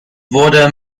wurde